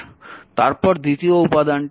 তারপর দ্বিতীয় উপাদানটি এখানে চিহ্নিত করা হয়নি